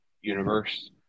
universe